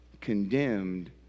condemned